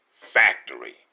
factory